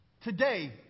today